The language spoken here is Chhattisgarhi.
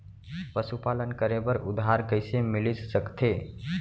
पशुपालन करे बर उधार कइसे मिलिस सकथे?